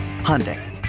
Hyundai